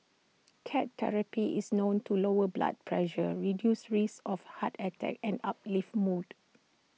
cat therapy is known to lower blood pressure reduce risks of heart attack and uplift mood